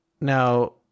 Now